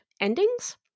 endings